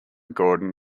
gordon